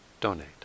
donate